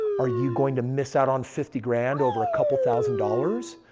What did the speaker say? are you going to miss out on fifty grand over a couple thousand dollars?